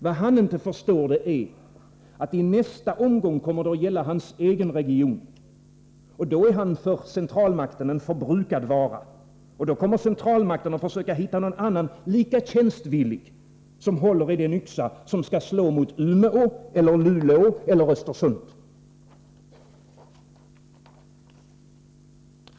Vad han inte förstår är att det i nästa omgång kommer att gälla hans egen region. Då är han en för centralmakten förbrukad vara, och då kommer centralmakten att försöka hitta någon annan lika tjänstvillig, som håller i den yxa som skall slå mot Umeå eller Luleå eller Östersund.